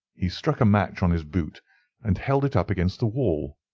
he struck a match on his boot and held it up against the wall.